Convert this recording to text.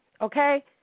Okay